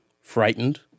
frightened